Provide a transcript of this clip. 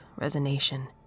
resonation